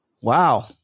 Wow